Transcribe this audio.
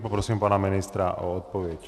Poprosím pana ministra o odpověď.